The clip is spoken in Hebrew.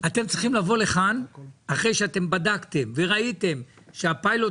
אתם צריכים לבוא לכאן אחרי שבדקתם וראיתם שהפיילוט